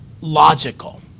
logical